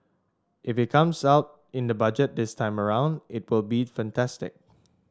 if it comes out in the Budget this time around it would be fantastic